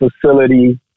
facility